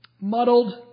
muddled